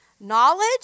Knowledge